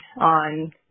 on